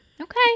Okay